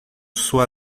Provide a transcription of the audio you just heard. sua